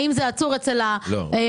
האם זה עצור אצל הרגולציה?